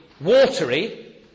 watery